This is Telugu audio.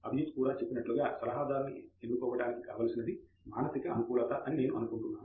అభిజిత్ కూడా చెప్పినట్లుగా సలహాదారుని ఎన్నుకోవటానికి కావలసినది మానసిక అనుకూలత అని నేను అనుకుంటున్నాను